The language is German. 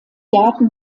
daten